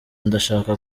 ndashaka